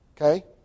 Okay